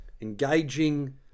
engaging